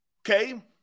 Okay